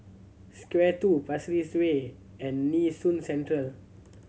Square Two Pasir Ris Way and Nee Soon Central